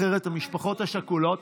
אחרת המשפחות השכולות,